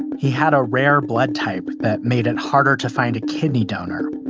he had a rare blood type that made it harder to find a kidney donor.